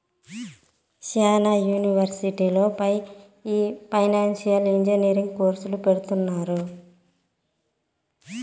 శ్యానా యూనివర్సిటీల్లో ఈ ఫైనాన్సియల్ ఇంజనీరింగ్ కోర్సును పెడుతున్నారు